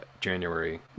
january